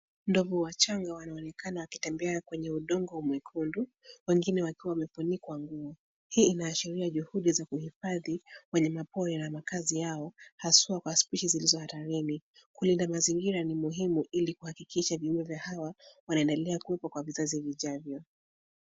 Ndovu wachanga wanaonekana wakitembea kwenye udongo mwekundu wengine wakiwa wamefunikwa nguo. Hii inaashiria juhudi za kuhifadhi wanyama pori na makazi yao hasa kwa spishi zilizo hatarini. Kulinda mazingira ni muhimu ili kuhakikisha viumbe hawa wanaendelea kuwepo kwa vizazi vijavyo.